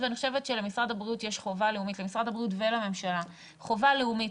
-- ואני חושבת שלמשרד הבריאות ולממשלה יש חובה לאומית